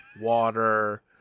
water